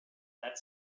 that